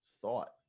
thought